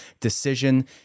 decision